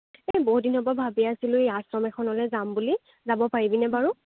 এ বহুত দিনৰ পৰা ভাবি আছিলোঁ এই আশ্ৰম এখনলৈ যাম বুলি যাব পাৰিবিনে বাৰু